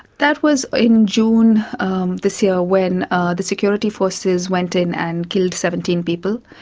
that was in june um this year, when the security forces went in and killed seventeen people,